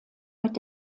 mit